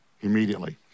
immediately